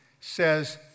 says